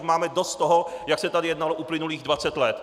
Máme dost toho, jak se tady jednalo uplynulých dvacet let.